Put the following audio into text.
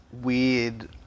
weird